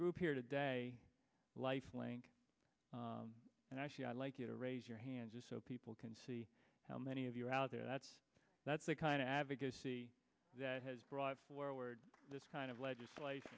group here to day life link and actually i'd like you to raise your hands so people can see how many of you out there that's that's the kind of advocacy that has brought forward this kind of legislation